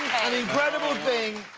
an incredible thing.